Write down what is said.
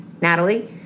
Natalie